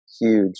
huge